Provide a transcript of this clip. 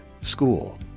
school